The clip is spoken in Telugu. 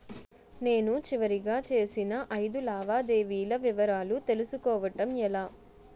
నేను చివరిగా చేసిన ఐదు లావాదేవీల వివరాలు తెలుసుకోవటం ఎలా?